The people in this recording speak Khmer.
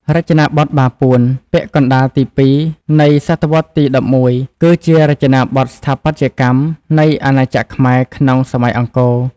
រចនាបថបាពួន (ពាក់កណ្តាលទី ២ នៃសតវត្សទី ១១) គឺជារចនាបថស្ថាបត្យកម្មនៃអាណាចក្រខ្មែរក្នុងសម័យអង្គរ